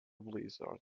blizzard